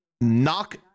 knock